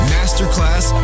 Masterclass